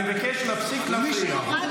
אני מבקש להפסיק להפריע.